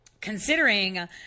considering